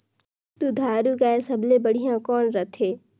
दुधारू गाय सबले बढ़िया कौन रथे?